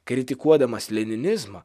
kritikuodamas leninizmą